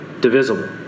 divisible